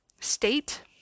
state